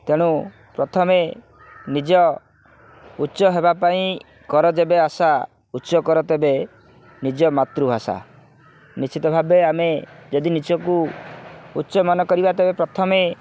ତେଣୁ ପ୍ରଥମେ ନିଜ ଉଚ୍ଚ ହେବା ପାଇଁ କର ଯେବେ ଆଶା ଉଚ୍ଚ କର ତେବେ ନିଜ ମାତୃଭାଷା ନିଶ୍ଚିତ ଭାବେ ଆମେ ଯଦି ନିଜକୁ ଉଚ୍ଚ ମନେ କରିବା ତେବେ ପ୍ରଥମେ